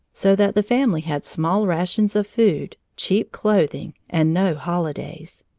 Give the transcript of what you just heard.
so that the family had small rations of food, cheap clothing, and no holidays.